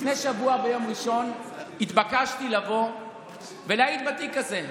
לפני שבוע ביום ראשון התבקשתי לבוא ולהעיד בתיק הזה.